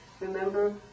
Remember